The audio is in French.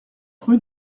rue